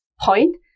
point